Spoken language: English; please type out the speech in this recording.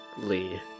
Lee